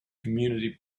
community